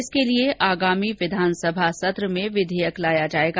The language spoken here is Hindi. इसके लिए आगामी विधानसभा सत्र में विधेयक लाया जाएगा